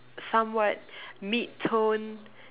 somewhat mid tone